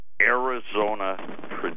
Arizona